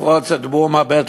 לפרוץ את בורמה ב',